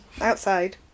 outside